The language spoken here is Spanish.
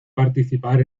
participar